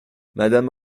madame